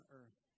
earth